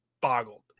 boggled